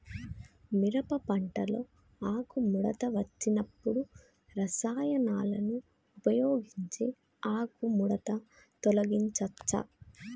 మిరప పంటలో ఆకుముడత వచ్చినప్పుడు రసాయనాలను ఉపయోగించి ఆకుముడత తొలగించచ్చా?